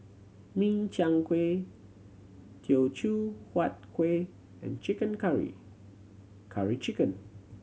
Min Chiang Kueh Teochew Huat Kuih and chicken curry Curry Chicken